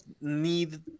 need